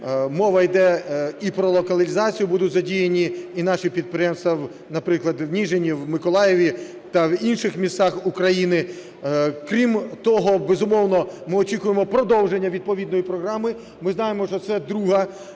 Мова йде і про локалізацію, будуть задіяні і наші підприємства, наприклад, в Ніжині, в Миколаєві та в інших містах України. Крім того, безумовно, ми очікуємо продовження відповідної програми. Ми знаємо, що це другий